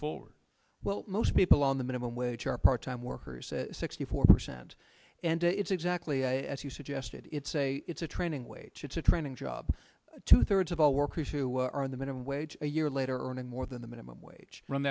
forward well most people on the minimum wage are part time workers sixty four percent and it's exactly as you suggested it's a it's a training wage it's a training job two thirds of all workers who are on the minimum wage a year later earning more than the minimum wage